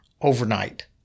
overnight